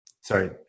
sorry